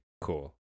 cool